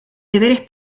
deberes